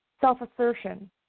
self-assertion